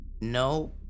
No